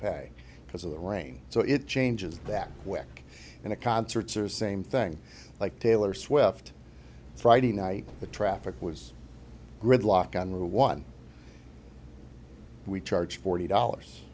pay because of the rain so it changes that quick in a concerts or same thing like taylor swift friday night the traffic was gridlock on route one we charge forty dollars